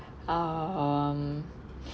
um